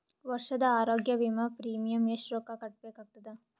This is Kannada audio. ವರ್ಷದ ಆರೋಗ್ಯ ವಿಮಾ ಪ್ರೀಮಿಯಂ ಎಷ್ಟ ರೊಕ್ಕ ಕಟ್ಟಬೇಕಾಗತದ?